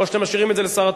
או שאתם משאירים את זה לשר,